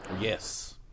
Yes